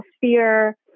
fear